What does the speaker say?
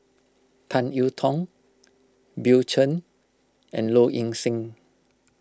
Tan you Tong Bill Chen and Low Ing Sing